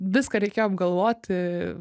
viską reikėjo apgalvoti